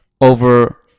over